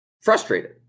frustrated